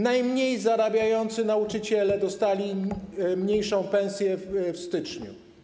Najmniej zarabiający nauczyciele dostali mniejszą pensję w styczniu.